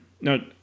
no